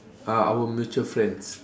ah our mutual friends